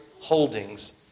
holdings